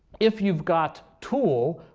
if you've got tool,